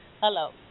hello